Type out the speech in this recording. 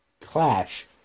clash